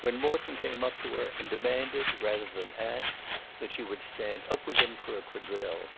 when morton came up to her and demanded rather than asked that she would stand up with him for a quadrille.